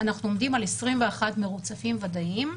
אנחנו עומדים על 21 מרוצפים ודאיים,